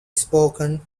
spoken